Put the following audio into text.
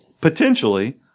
potentially